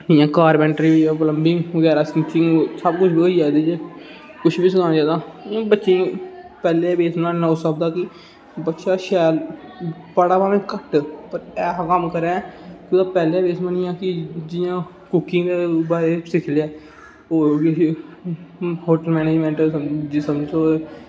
जियां कारपेंटरी ओह् प्लंबिंग बगैरा सिक्खी दी होवे सब कुछ कुछ बी सखाना चाहिदा हुन बच्चे पैहले उस स्हाबा कि बच्चा शैल पढ़ा भामें घट्ट ते ऐहा कम्म करै ते की जियां कुकिंग दा एह् सिक्खी लै होर होटल मैनेजमेंट